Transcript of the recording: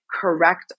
correct